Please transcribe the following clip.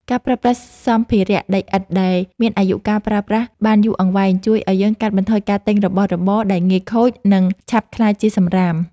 ការប្រើប្រាស់សម្ភារៈដីឥដ្ឋដែលមានអាយុកាលប្រើប្រាស់បានយូរអង្វែង ជួយឱ្យយើងកាត់បន្ថយការទិញរបស់របរដែលងាយខូច និង ឆាប់ក្លាយជាសម្រាម។